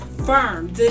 firm